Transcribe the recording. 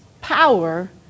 power